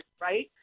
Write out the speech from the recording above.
right